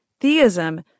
theism